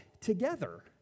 together